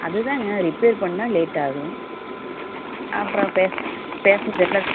அது தாங்க ரிப்பேர் பண்ணிணா லேட்டாகும் அப்புறம் பேச பேசஞ்சர்ஸ்லாம்